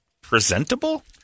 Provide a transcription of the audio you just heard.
presentable